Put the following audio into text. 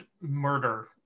murder